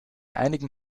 einigen